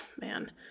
man